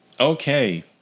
Okay